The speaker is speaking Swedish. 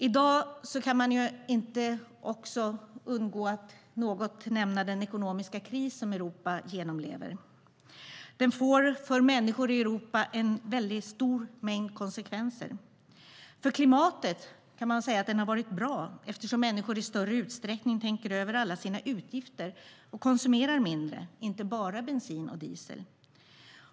I dag kan man inte undgå att något nämna den ekonomiska kris som Europa genomlever. Den får för människor i Europa en stor mängd konsekvenser. För klimatet, kan man säga, har den varit bra eftersom människor i större utsträckning tänker över alla sina utgifter och konsumerar mindre, inte bara bensin och diesel.